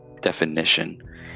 definition